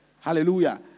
Hallelujah